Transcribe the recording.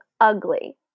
ugly